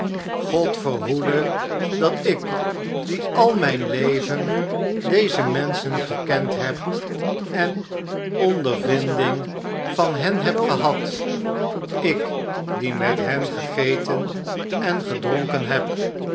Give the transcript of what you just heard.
god verhoede dat ik die al mijn leven deze menschen gekend heb en onder vinding van hen heb gehad ik die met hen gegeten en gedronken heb